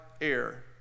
air